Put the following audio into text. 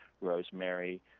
rosemary